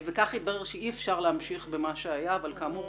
כך התברר שאי אפשר להמשיך במה שהיה אבל כאמור,